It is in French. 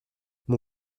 mon